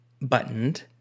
buttoned